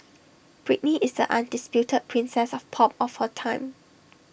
Britney is undisputed princess of pop of her time